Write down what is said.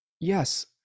yes